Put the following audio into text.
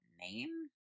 name